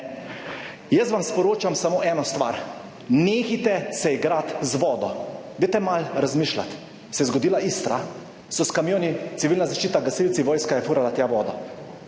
Jaz vam sporočam samo eno stvar, nehajte se igrati z vodo. Dajte malo razmišljati. Se je zgodila Istra, so s kamioni, civilna zaščita, gasilci, vojska je furala tja vodo,